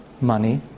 money